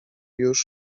już